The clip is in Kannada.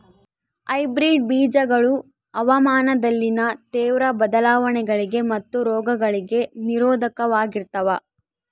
ಹೈಬ್ರಿಡ್ ಬೇಜಗಳು ಹವಾಮಾನದಲ್ಲಿನ ತೇವ್ರ ಬದಲಾವಣೆಗಳಿಗೆ ಮತ್ತು ರೋಗಗಳಿಗೆ ನಿರೋಧಕವಾಗಿರ್ತವ